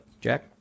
Jack